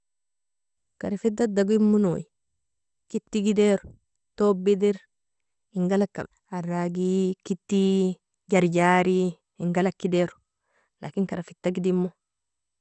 Karafita digermonui, keti gediro tob eder, ingalgka aaragie kiti jarjari, ingalgk edero lakin karafita gedirmo.